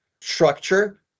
structure